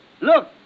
look